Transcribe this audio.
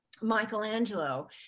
Michelangelo